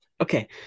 okay